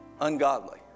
ungodly